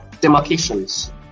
demarcations